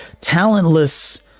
talentless